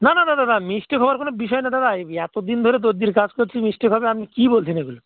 না না না দাদা মিসটেক হওয়ার কোনো বিষয় না দাদা এই এত দিন ধরে দরজির কাজ করছি মিসটেক হবে আপনি কী বলছেন এগুলো